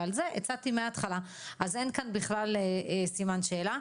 על זה הצעתי מהתחלה, אז אין כאן בכלל סימן שאלה.